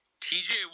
TJ